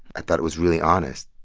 i thought it was really honest.